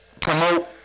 promote